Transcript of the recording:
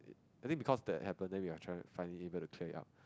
I think because that happen then we are trying to finding it got to clear it out a bit